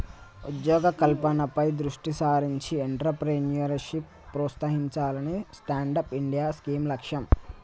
ఉద్యోగ కల్పనపై దృష్టి సారించి ఎంట్రప్రెన్యూర్షిప్ ప్రోత్సహించాలనే స్టాండప్ ఇండియా స్కీమ్ లక్ష్యం